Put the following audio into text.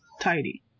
tidy